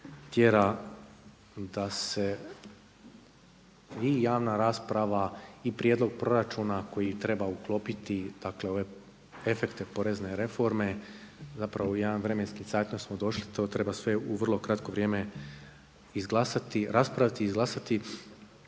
tjera da se i javna rasprava i prijedlog proračuna koji treba uklopiti, dakle ove efekte porezne reforme zapravo u jedan vremenski zeit not smo došli. To treba sve u vrlo kratko vrijeme izglasati, raspraviti i izglasati.